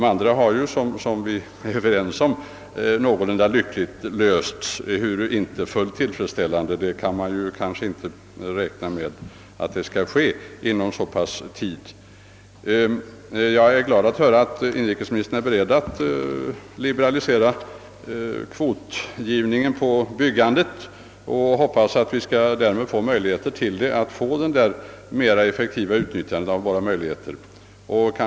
De andra problemen har vi — därom är vi överens — delvis löst om också inte fullt tillfredsställande, något som man kanske inte kan räkna med inom så pass kort tid som det här gäller. Jag är glad att höra, att inrikesministern är beredd att liberalisera kvotgivningen för byggandet. Jag hoppas att vi därmed skall få möjlighet att mera effektivt utnyttja våra resurser.